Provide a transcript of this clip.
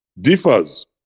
differs